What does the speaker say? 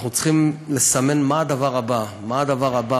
אנחנו צריכים לסמן מה הדבר הבא, מה הדבר הבא,